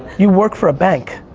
you work for a bank.